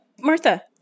Martha